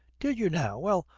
did you, now! well,